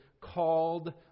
called